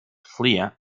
flea